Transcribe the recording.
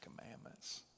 Commandments